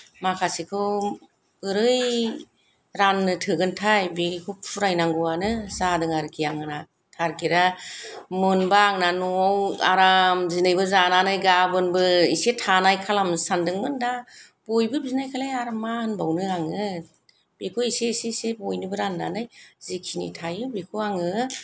माखासेखौ बोरै राननो थोगोनथाय बेखौ फुरायनांगौवानो जादों आरोखि आंना थार्गेता मोनबा आंना न'वाव आराम दिनैबो जानानै गाबोनबो इसे थानाय खालामनोसो सानदोंमोन दा बयबो बिनाय खालाय आरो मा होनबावनो आङो बेखौ इसे इसे इसे बयनोबो राननानै जिखिनि थायो बेखौ आङो